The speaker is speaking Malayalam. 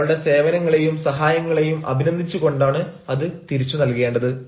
അയാളുടെ സേവനങ്ങളെയും സഹായങ്ങളെയും അഭിനന്ദിച്ചു കൊണ്ടാണ് അത് തിരിച്ചു നൽകേണ്ടത്